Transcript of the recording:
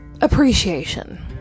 appreciation